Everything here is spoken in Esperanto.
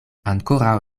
ankoraŭ